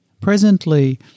presently